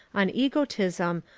on egotism,